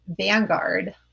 Vanguard